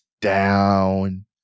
down